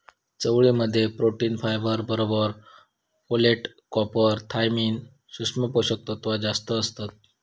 चवळी मध्ये protein, fibre बरोबर फोलेट, कॉपर, थायमिन, सुक्ष्म पोषक तत्त्व जास्तं असतत